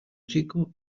chico